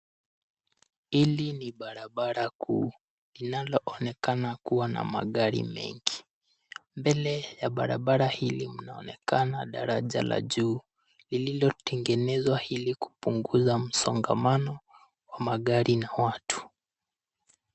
Hili ni barabara kuu linaloonekana kua na magari mengi. Mbele ya barabara hili mnaonekana daraja la juu lililotengenezwa ili kupunguza msongamano wa magari na watu.